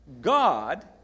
God